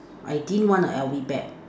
I didn't want a L_V bear